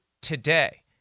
today